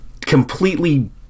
completely